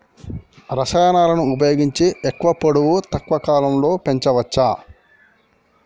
రసాయనాలను ఉపయోగించి ఎక్కువ పొడవు తక్కువ కాలంలో పెంచవచ్చా?